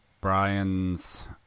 Brian's